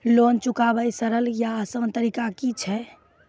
Loan चुकाबै के सरल या आसान तरीका की अछि?